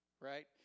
right